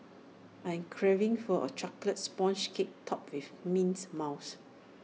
I am craving for A Chocolate Sponge Cake Topped with Mint Mousse